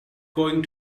going